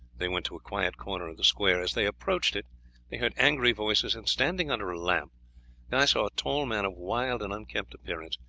they went to a quiet corner of the square. as they approached it they heard angry voices, and standing under a lamp guy saw a tall man of wild and unkempt appearance,